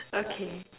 okay